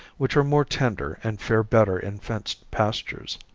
which are more tender and fare better in fenced pastures.